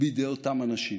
בידי אותם אנשים.